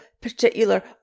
particular